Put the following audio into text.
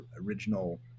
original